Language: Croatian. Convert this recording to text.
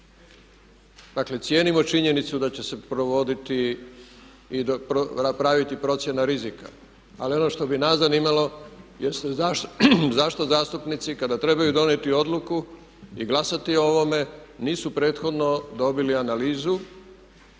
Dakle cijenimo činjenicu da će se provoditi i napraviti procjena rizika. Ali ono što bi nas zanimalo jest zašto zastupnici kada trebaju donijeti odluku i glasati o ovome nisu prethodno dobili analizu